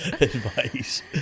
advice